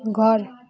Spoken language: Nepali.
घर